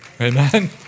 Amen